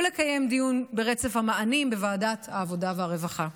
ולקיים דיון ברצף המענים בוועדת העבודה והרווחה.